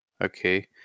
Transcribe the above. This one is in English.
okay